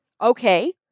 Okay